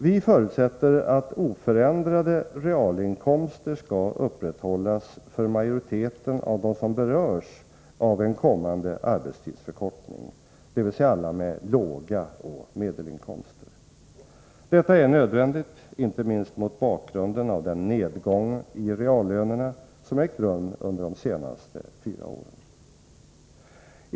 Vi förutsätter att oförändrade realinkomster skall upprätthållas för majoriteten av dem som berörs av en kommande arbetstidsförkortning, dvs. alla med låga inkomster och medelinkomster. Detta är nödvändigt inte minst mot bakgrunden av den nedgång i reallönerna som ägt rum under de senaste fyra åren.